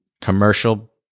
commercial